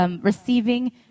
Receiving